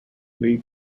lee